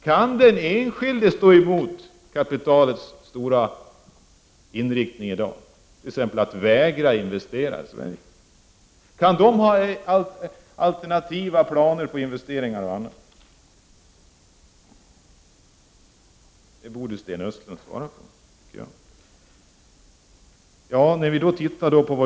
Kan den enskilde sätta sig emot kapitalets huvudsakliga inriktning i dag, t.ex. att man vägrar att investera i Sverige? Kan den enskilde komma med alternativa planer för t.ex. investeringar? Det borde Sten Östlund svara på.